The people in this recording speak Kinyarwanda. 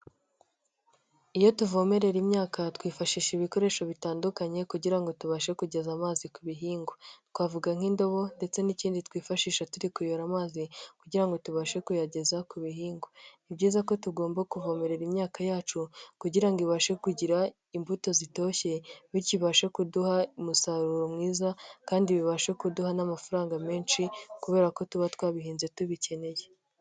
Iyo tuvomerera imyaka twifashisha ibikoresho bitandukanye kugira ngo tubashe kugeza amazi ku bihingwa; twavuga nk'indobo ndetse n'ikindi twifashisha turi kuyora amazi kugira ngo tubashe kuyageza ku bihingwa. Ni byiza ko tugomba kuvomerera imyaka yacu kugira ngo ibashe kugira imbuto zitoshye bibashe kuduha umusaruro mwiza kandi bibashe kuduha n'amafaranga menshi kubera ko tuba twabihinze tubikeneye.